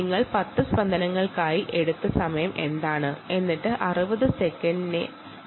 എന്നിട്ട് 60 പൾസുകൾക്കായുള്ള സമയം കണ്ടുപിടിക്കുക